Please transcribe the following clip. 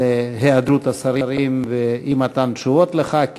היעדרות השרים ואי-מתן תשובות לחברי כנסת,